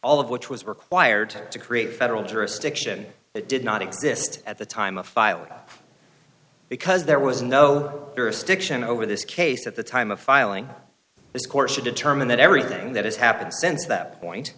all of which was required to create a federal jurisdiction that did not exist at the time of file because there was no jurisdiction over this case at the time of filing this court should determine that everything that has happened since that point